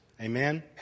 Amen